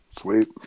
sweet